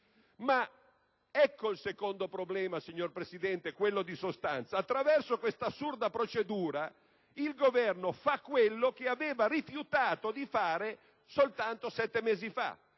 Ma ecco il secondo problema, signor Presidente, quello di sostanza. Attraverso questa assurda procedura il Governo fa quello che aveva rifiutato di fare soltanto sette mesi fa,